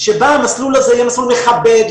שבה המסלול הזה יהיה מסלול מכבד,